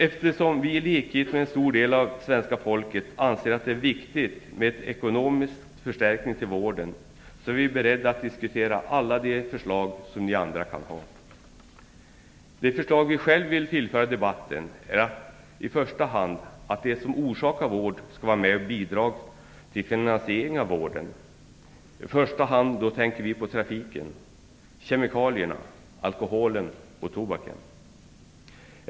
Eftersom vi i likhet med en stor del av svenska folket anser att det är viktigt med en ekonomisk förstärkning till vården, är vi beredda att diskutera alla de förslag som ni andra har. Ett förslag vi själva vill tillföra debatten är förslaget att de som orsakar vård skall vara med och bidra till finansiering av vården. I första hand tänker vi då på trafiken, kemikalierna, alkoholen och tobaken.